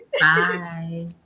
Bye